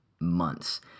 months